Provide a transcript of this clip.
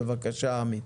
בבקשה עמי.